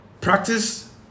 Practice